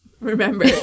remember